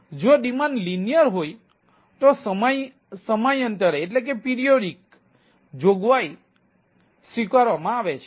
જો demand linear હોય તો સમયાંતરે તો જોગવાઈ સ્વીકારવામાં આવે છે